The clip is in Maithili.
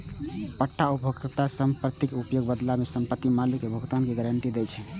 पट्टा उपयोगकर्ता कें संपत्तिक उपयोग के बदला मे संपत्ति मालिक कें भुगतान के गारंटी दै छै